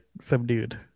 subdued